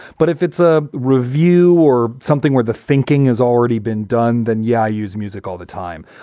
but if it's a review or something where the thinking has already been done, then yeah, i use music all the time.